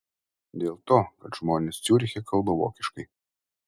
dėl to kad žmonės ciuriche kalba vokiškai